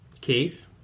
Keith